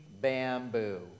bamboo